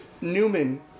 Newman